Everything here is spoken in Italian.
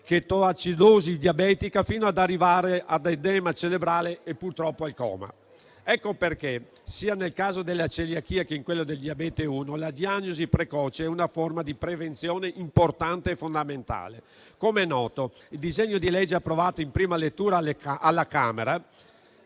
chetoacidosi diabetica fino ad arrivare all'edema cerebrale e purtroppo al coma. Per questo, sia nel caso della celiachia sia in quello del diabete di tipo 1, la diagnosi precoce è una forma di prevenzione importante e fondamentale. Com'è noto, il disegno di legge approvato in prima lettura alla Camera,